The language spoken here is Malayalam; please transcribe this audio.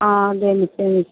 ആ അതെ മിസ്സേ